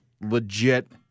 legit